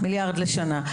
לשנה.